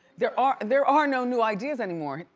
there are there are no new ideas anymore.